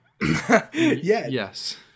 yes